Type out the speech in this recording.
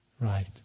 right